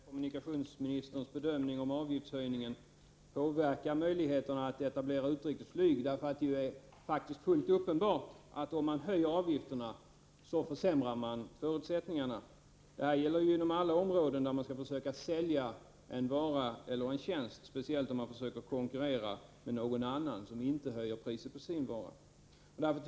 Fru talman! Jag ställde min fråga om kommunikationsministerns bedömning att avgiftshöjningen inte påverkar möjligheterna att etablera utrikesflyg, därför att det faktiskt är helt uppenbart att det försämrar förutsättningarna om avgifterna höjs. Detta gäller inom alla områden där man skall sälja en vara eller en tjänst, speciellt om man försöker konkurrera med någon annan som inte höjer priset på sin vara eller sin tjänst.